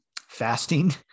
fasting